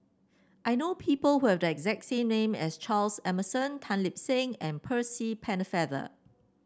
I know people who have the exact same name as Charles Emmerson Tan Lip Seng and Percy Pennefather